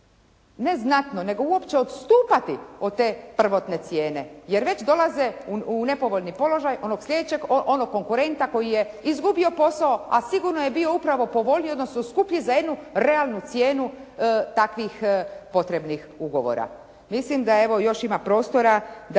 ne znatno nego uopće odstupati od te prvotne cijene, jer već dolaze u nepovoljni položaj onog konkurenta koji je izgubio posao, a sigurno je bio upravo povoljniji, odnosno skuplji za jednu realnu cijenu takvih potrebnih ugovora. Mislim da evo još ima prostora da